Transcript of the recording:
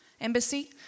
embassy